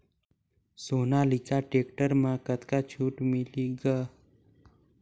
Sonalika tractor म कतका छूट मिलही ग?